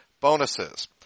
bonuses